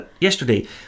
yesterday